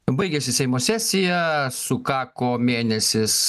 baigiasi seimo sesija sukako mėnesis